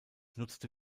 nutzte